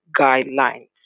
guidelines